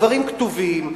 הדברים כתובים,